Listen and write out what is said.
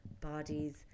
bodies